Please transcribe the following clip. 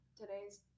Today's